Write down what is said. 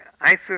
ISIS